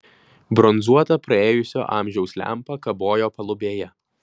bronzuota praėjusio amžiaus lempa kabojo palubėje